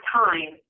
time